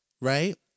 right